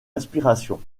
inspiration